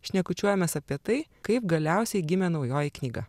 šnekučiuojamės apie tai kaip galiausiai gimė naujoji knyga